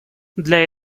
для